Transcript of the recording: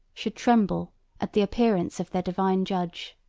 should tremble at the appearance of their divine judge.